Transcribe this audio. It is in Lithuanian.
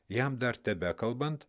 jam dar tebekalbant